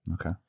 Okay